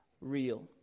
real